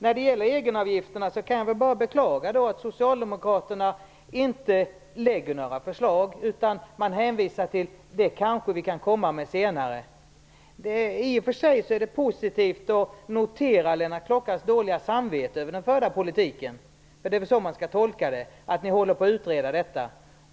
När det gäller egenavgifterna kan jag bara beklaga att Socialdemokraterna inte lägger fram några förslag utan säger: Det kanske vi kan komma med senare. I och för sig är det positivt att kunna notera Lennart Klockares dåliga samvete över den förda politiken. Det är väl så man skall tolka det att ni håller på att utreda detta.